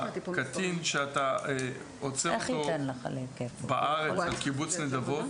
כשאתה עוצר קטין בארץ בקיבוץ נדבות,